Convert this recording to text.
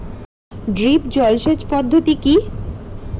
Drip জল সেচ পদ্ধতি কি?